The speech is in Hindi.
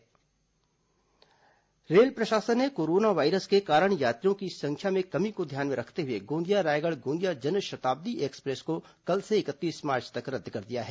कोरोना ट्रेन रद्द प्लेटफॉर्म टिकट रेल प्रशासन ने कोरोना वायरस के कारण यात्रियों की संख्या में कमी को ध्यान में रखते हुए गोंदिया रायगढ़ गोंदिया जनशताब्दी एक्सप्रेस को कल से इकतीस मार्च तक रद्द कर दिया गया है